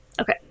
Okay